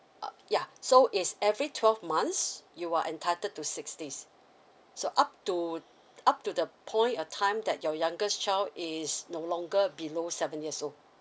uh yeah so it's every twelve months you are entitled to six days so up to up to the point of time that your youngest child is no longer below seven years old